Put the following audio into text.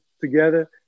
together